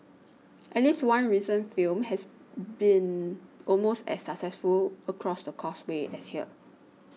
at least one recent film has been almost as successful across the Causeway as here